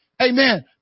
amen